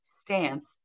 stance